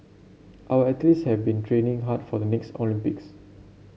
our athletes have been training hard for the next Olympics